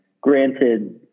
granted